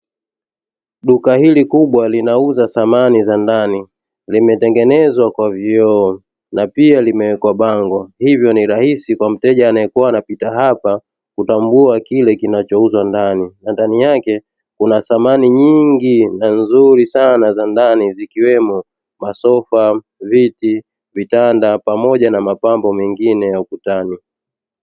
Duka hili kubwa linauza samani za ndani, limetengenezwa kwa vioo na pia limewekwa bango hivyo ni rahisi kwa mteja atakayekua anapita hapa kutambua kile kinachouzwa ndani, na ndani yake kuna samani nyingi na nzuri sana za ndani zikiwemo masofa, viti, vitanda pamoja na mapambo mengine ya ukutani.